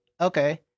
Okay